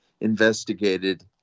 investigated